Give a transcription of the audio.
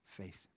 faith